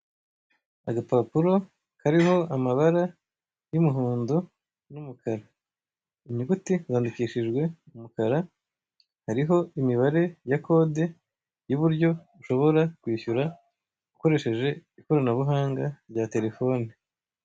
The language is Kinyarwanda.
Agapapuro kariho amabara y'umuhondo n'umukara, inyuguti zandikishijwe umukara, hariho imibare ya kode y'uburyo ushobora kwishyura ukoresheje ikoranabuhanga rya telefone.